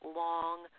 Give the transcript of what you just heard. long